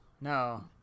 No